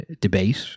debate